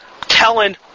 telling